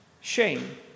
shame